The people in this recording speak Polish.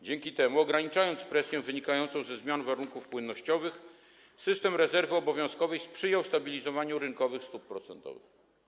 Dzięki temu, ograniczając presję wynikającą ze zmian warunków płynnościowych, system rezerwy obowiązkowej sprzyjał stabilizowaniu rynkowych stóp procentowych.